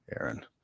aaron